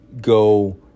go